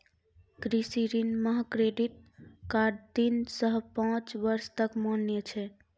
कृषि ऋण मह क्रेडित कार्ड तीन सह पाँच बर्ष तक मान्य छै